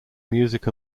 music